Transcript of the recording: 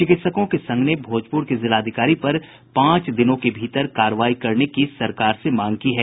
चिकित्सकों के संघ ने भोजपुर के जिलाधिकारी पर पांच दिनों के भीतर कार्रवाई करने की सरकार से मांग की है